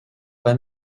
pas